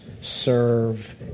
serve